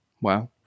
Wow